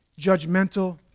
judgmental